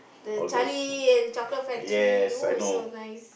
the Charlie and Chocolate Factory !woo! it's so nice